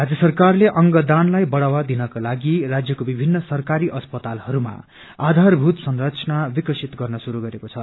राज्य सरकारले अंगदानको बढ़ावा दिनका निम्ति राज्यको विभित्र सरकारी अस्पतालहरूमा आधारभूत संरचना विकसित गर्न शुरू गरेको छ